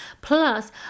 plus